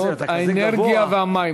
האנרגיה והמים,